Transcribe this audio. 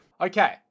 Okay